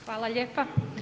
Hvala lijepa.